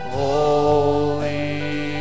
holy